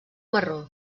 marró